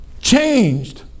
changed